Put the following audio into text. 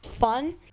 fun